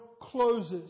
closes